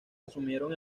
asumieron